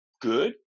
good